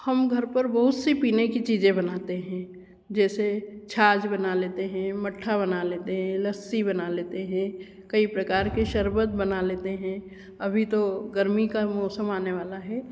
हम घर पर बहुत सी पीने की चीज़ें बनाते हैं जैसे छाछ बना लेते हैं मट्ठा बना लेते हैं लस्सी बना लेते हैं कई प्रकार के शरबत बना लेते हैं अभी तो गर्मी का भी मौसम आने वाला है